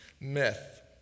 myth